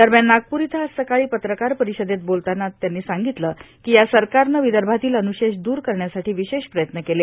दरम्यान नागपूर इथं आज सकाळी पत्रकार परिषदेत बोलतांना सांगितलं की या सरकारने विदर्भातील अनुशेष दुर करण्यासाठी विशेष प्रयत्न केले